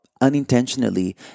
unintentionally